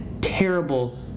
terrible